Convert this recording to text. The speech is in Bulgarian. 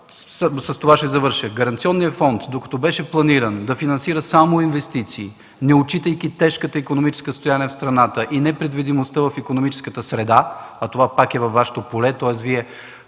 С това ще завърша. Гаранционният фонд, докато беше планиран да финансира само инвестиции, неотчитайки тежкото икономическо състояние в страната и непредвидимостта в икономическата среда, а това пак е във Вашето поле, защото